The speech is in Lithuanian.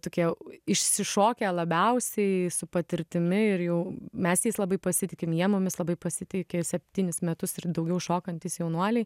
tokie išsišokę labiausiai su patirtimi ir jau mes jais labai pasitikim jie mumis labai pasitiki septynis metus ir daugiau šokantys jaunuoliai